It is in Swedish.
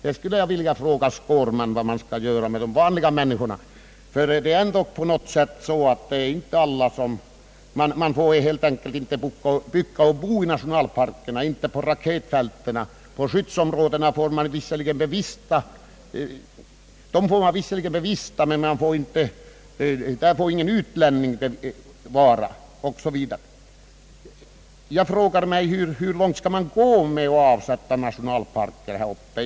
Jag skulle vilja fråga herr Skårman vad man skall göra med de vanliga människorna. Man får ju inte bygga och bo i nationalparkerna och inte på raketfälten. Skyddsområdena får man visserligen bevista, men utlänningar äger ju inte tillträde. Jag frågar mig hur långt man skall gå med att avsätta nationalparker här uppe.